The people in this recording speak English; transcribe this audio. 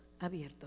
abierto